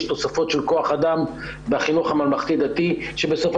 יש תוספות של כוח אדם בחינוך הממלכתי-דתי שבסופו